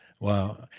Wow